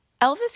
Elvis